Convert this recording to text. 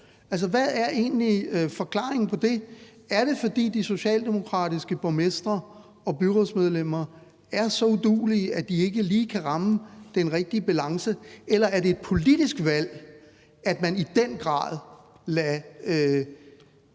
Hvad er egentlig forklaringen på det? Er det, fordi de socialdemokratiske borgmestre og byrådsmedlemmer er så uduelige, at de ikke lige kan ramme den rigtige balance? Eller er det et politisk valg, at man i den grad lader